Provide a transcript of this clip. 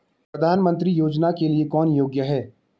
प्रधानमंत्री योजना के लिए कौन योग्य है?